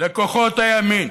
לכוחות הימין,